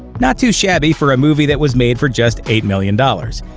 not too shabby for a movie that was made for just eight million dollars.